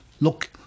look